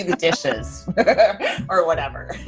dishes or whatever.